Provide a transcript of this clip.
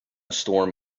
storm